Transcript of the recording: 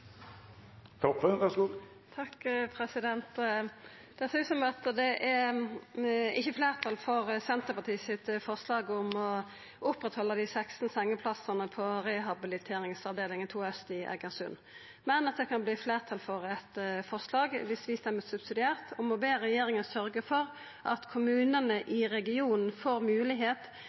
fleirtal for forslaget frå Senterpartiet om å halde oppe dei 16 sengeplassane på rehabiliteringsavdelinga 2 Øst i Egersund. Men det blir fleirtal for følgjande forslag viss vi stemmer subsidiært for det: «Stortinget ber regjeringen sørge for at kommunene i regionen får mulighet